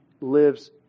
lives